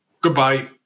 Goodbye